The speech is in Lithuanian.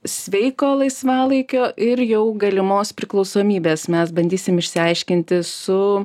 sveiko laisvalaikio ir jau galimos priklausomybės mes bandysim išsiaiškinti su